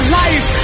life